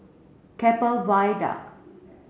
Keppel Viaduct